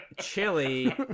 chili